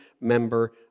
member